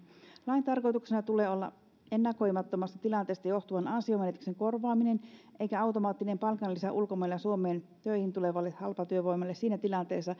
lain tarkoituksena tulee olla ennakoimattomasta tilanteesta johtuvan ansionmenetyksen korvaaminen eikä automaattinen palkanlisä ulkomailta suomeen töihin tulevalle halpatyövoimalle siinä